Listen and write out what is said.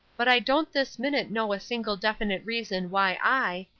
but i don't this minute know a single definite reason why i,